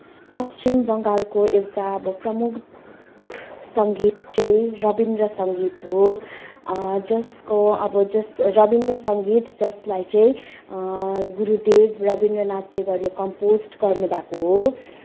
पश्चिम बङ्गालको एउटा अब प्रमुख सङ्गीत चाहिँ रविन्द्र सङ्गीत हो जसको अब जस रविन्द्र सङ्गीत जसलाई चाहिँ गुरूदेव रविन्द्र नाथ टेगोरले कम्पोज्ड गर्नुभएको हो